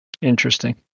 Interesting